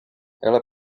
ela